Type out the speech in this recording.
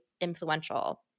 influential